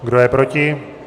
Kdo je proti?